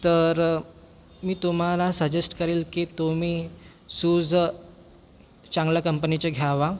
तर मी तुम्हाला सजेस्ट करेन की तुम्ही सूज चांगल्या कंपनीचे घ्या